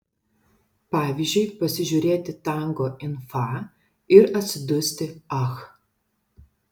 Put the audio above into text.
pavyzdžiui pasižiūrėti tango in fa ir atsidusti ach